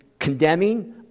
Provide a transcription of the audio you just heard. Condemning